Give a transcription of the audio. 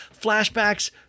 Flashbacks